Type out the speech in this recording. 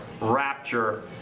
Rapture